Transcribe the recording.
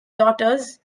daughters